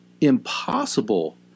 impossible